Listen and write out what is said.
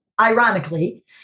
ironically